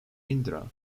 indra